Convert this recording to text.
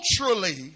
Culturally